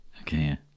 okay